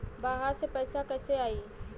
बाहर से पैसा कैसे आई?